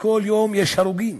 וכל יום יש הרוגים.